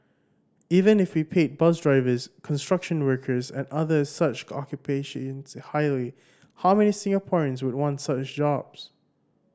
even if we paid bus drivers construction workers and other such occupations highly how many Singaporeans would want such jobs